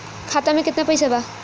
खाता में केतना पइसा बा?